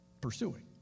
pursuing